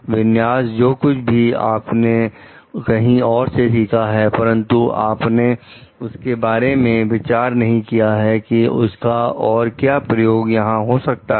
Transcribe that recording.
विन्यास जो कुछ भी आपने कहीं और से सीखा है परंतु आपने उसके बारे में विचार नहीं किया है कि उसका और क्या प्रयोग यहां हो सकता है